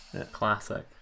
Classic